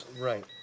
Right